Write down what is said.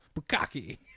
Bukaki